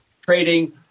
trading